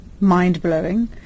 mind-blowing